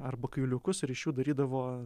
arba kailiukus ir iš jų darydavo